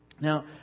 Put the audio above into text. Now